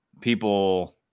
people